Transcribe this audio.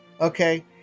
Okay